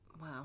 Wow